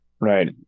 Right